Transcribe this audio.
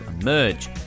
emerge